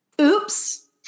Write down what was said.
oops